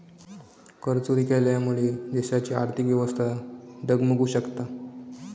करचोरी केल्यामुळा देशाची आर्थिक व्यवस्था डगमगु शकता